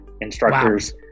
instructors